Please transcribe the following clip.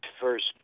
first